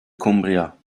coimbra